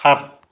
সাত